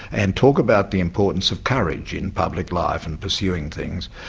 and talk about the importance of courage in public life and pursuing things.